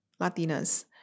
Latinas